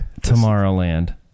Tomorrowland